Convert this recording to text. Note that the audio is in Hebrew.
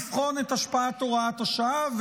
לבחון את השפעת הוראת השעה.